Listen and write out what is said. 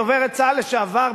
דוברת צה"ל לשעבר,